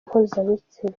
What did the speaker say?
mpuzabitsina